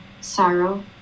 sorrow